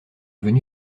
venu